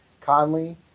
Conley